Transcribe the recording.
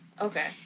Okay